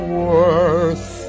worth